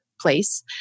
place